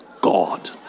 God